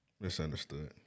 Misunderstood